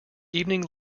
evening